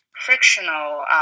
frictional